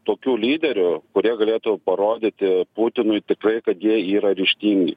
tokių lyderių kurie galėtų parodyti putinui tikrai kad jie yra ryžtingi